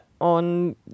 on